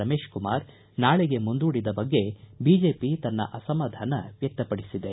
ರಮೇಶ್ಕುಮಾರ್ ನಾಳೆಗೆ ಮುಂದೂಡಿದ ಬಗ್ಗೆ ಬಿಜೆಪಿ ತನ್ನ ಅಸಮಾಧಾನ ವ್ಯಕ್ತಪಡಿಸಿದೆ